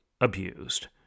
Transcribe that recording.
abused